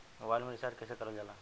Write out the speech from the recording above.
Mobile में recharge कइसे करल जाला?